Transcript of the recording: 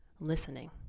listening